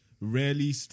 rarely